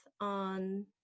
on